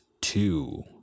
two